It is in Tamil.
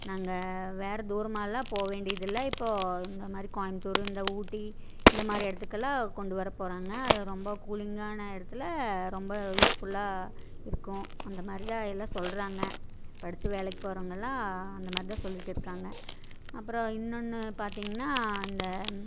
நாங்கள் வேறு தூரமாகலாம் போ வேண்டியதில்ல இப்போ இந்தமாதிரி கோயமுத்தூரு இந்த ஊட்டி இந்தமாதிரி இடத்துக்குலாம் கொண்டு வர போகறாங்க ரொம்ப கூலிங்கானா இடத்துல ரொம்ப யூஸ்ஃபுல்லாக இருக்கும் அந்தமாதிரிதான் எல்லாம் சொல்லுறாங்க படிச்சு வேலைக்கு போகறவங்களாம் அந்தமாதிரிதான் சொல்லிவிட்டு இருக்காங்க அப்புறோம் இன்னொன்று பார்த்தீங்னா இந்த